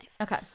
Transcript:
okay